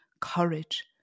courage